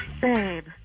Babe